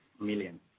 million